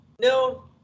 No